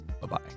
Bye-bye